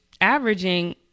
averaging –